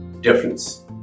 difference